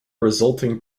resulting